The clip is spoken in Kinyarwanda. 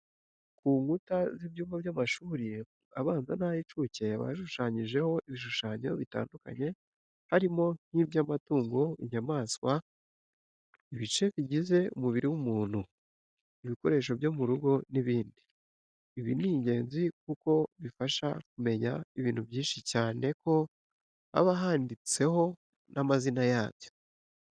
Ku nkuta z'ibyumba by'amashuri abanza n'ay'incuke haba hashushanyijeho ibishushanyo bitandukanye harimo nk'iby'amatungo, inyamaswa, ibice bigize umubiri w'umuntu, ibikoresho byo mu rugo n'ibindi. Ibi ni ingenzi kuko bibafasha kumenya ibintu byinshi cyane ko haba hananditseho n'amazina yabyo.